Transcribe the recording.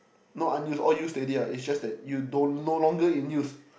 not unuse all use already [what] is just that you don't no longer in use